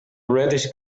reddish